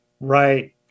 Right